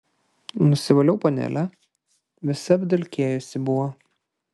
nusivaliau panelę visa apdulkėjus buvo